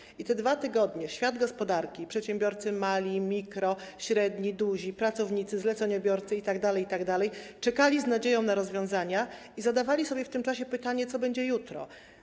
I przez te 2 tygodnie świat gospodarki: przedsiębiorcy mali, mikro, średni, duzi, pracownicy, zleceniobiorcy itd., itd. czekali z nadzieją na rozwiązania i zadawali sobie w tym czasie pytanie, co będzie jutro.